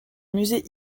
musée